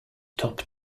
top